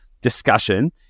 discussion